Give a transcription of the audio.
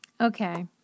Okay